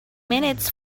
minutes